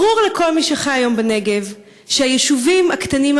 ברור לכל מי שחי היום בנגב שהיישובים הקטנים,